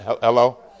Hello